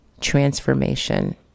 transformation